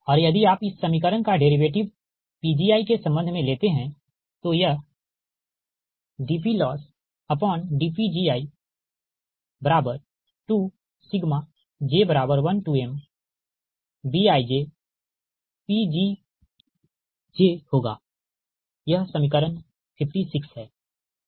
और यदि आप इस समीकरण का डेरीवेटिव Pgi के संबंध में लेते हैं तो यह dPLossdPgi2j1mBijPgj होगा यह समीकरण 56 है